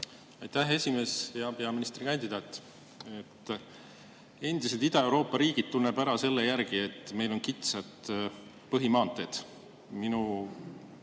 Aitäh, esimees! Hea peaministrikandidaat! Endised Ida-Euroopa riigid tunneb ära selle järgi, et neil on kitsad põhimaanteed. Minu